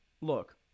look